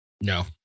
No